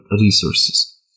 resources